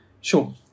Sure